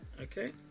okay